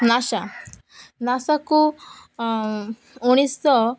NASA ନାଶାକୁ ଉଣେଇଶିଶହ